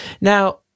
Now